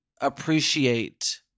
Appreciate